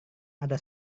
ada